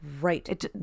Right